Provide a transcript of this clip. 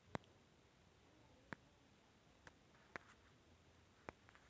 ಉಪಯುಕ್ತತೆ ಬಿಲ್ಲುಗಳು ಮತ್ತು ಪಾವತಿಗಳನ್ನು ಆನ್ಲೈನ್ ಮುಖಾಂತರವೇ ಮಾಡಬಹುದೇ?